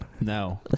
No